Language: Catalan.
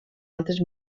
altres